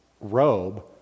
robe